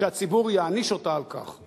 שהציבור יעניש אותה על כך.